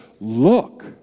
look